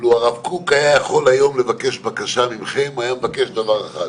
לו הרב קוק היה יכול לבקש בקשה ממכם היום הוא היה מבקש דבר אחד,